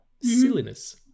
Silliness